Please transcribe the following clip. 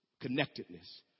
Connectedness